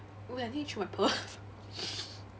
wait I need to chew my pearl